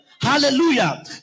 hallelujah